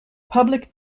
public